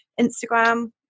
Instagram